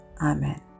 Amen